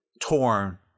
torn